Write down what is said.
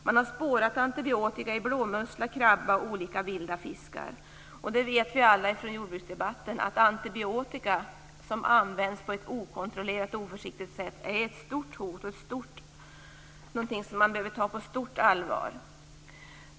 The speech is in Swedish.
Man har spårat antibiotika i blåmussla, krabba och olika vilda fiskar. Från tidigare jordbruksdebatter vet vi att antibiotika som används på ett okontrollerat och oförsiktigt sätt är ett stort hot som måste tas på stort allvar.